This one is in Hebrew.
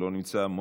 לא נמצא.